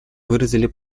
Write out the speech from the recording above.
выразили